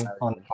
on